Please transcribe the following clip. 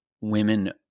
women